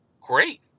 Great